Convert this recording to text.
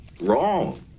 Wrong